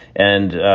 and,